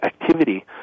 activity